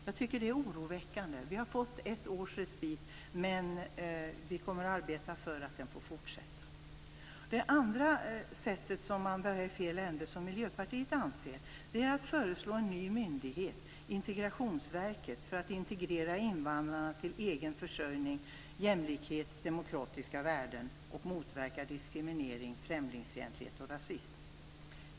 Jag tycker att det är oroväckande. Tidningen har fått ett års respit, men vi kommer att arbeta för att den får fortsätta. Det andra området, där Miljöpartiet anser att man börjar i fel ände, är att man föreslår en ny myndighet, integrationsverket, för att integrera invandrarna till egen försörjning, jämlikhet och demokratiska värden och för att motverka diskriminering, främlingsfientlighet och rasism.